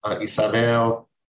Isabel